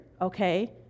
okay